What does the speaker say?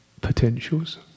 potentials